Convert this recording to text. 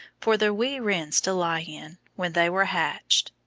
for the wee wrens to lie in, when they were hatched.